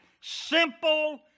simple